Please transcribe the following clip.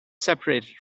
separated